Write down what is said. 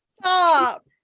stop